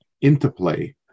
interplay